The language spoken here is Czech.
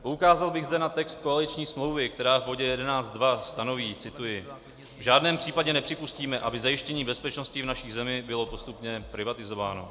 Poukázal bych zde na text koaliční smlouvy, která v bodě 11.2. stanoví, cituji: V žádném případě nepřipustíme, aby zajištění bezpečnosti v naší zemi bylo postupně privatizováno.